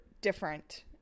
different